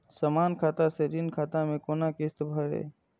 समान खाता से ऋण खाता मैं कोना किस्त भैर?